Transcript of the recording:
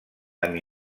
amb